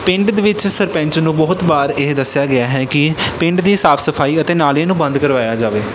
ਪਿੰਡ ਦੇ ਵਿੱਚ ਸਰਪੰਚ ਨੂੰ ਬਹੁਤ ਵਾਰ ਇਹ ਦੱਸਿਆ ਗਿਆ ਹੈ ਕਿ ਪਿੰਡ ਦੀ ਸਾਫ਼ ਸਫ਼ਾਈ ਅਤੇ ਨਾਲੀਆਂ ਨੂੰ ਬੰਦ ਕਰਵਾਇਆ ਜਾਵੇ